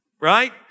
right